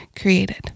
created